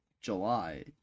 July